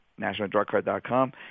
nationaldrugcard.com